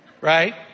right